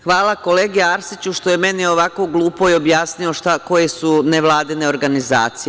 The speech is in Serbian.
Hvala kolegi Arsiću što je meni ovako glupoj objasnio koje su nevladine organizacije.